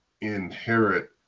inherit